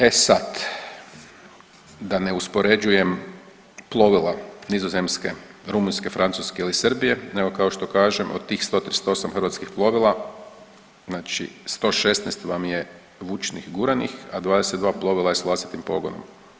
E sad, da ne uspoređujem plovila Nizozemske, Rumunjske, Francuske ili Srbije, nego kao što kažem od tih 138 hrvatskih plovila, znači 116 vam je vučnih guranih, a 22 plovila je sa vlastitim pogonom.